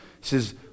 says